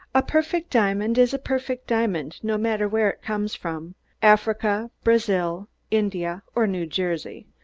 a perfect diamond is a perfect diamond, no matter where it comes from africa, brazil, india or new jersey.